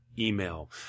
email